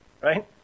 right